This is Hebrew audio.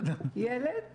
ילד?